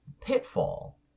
pitfall